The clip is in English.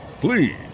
Please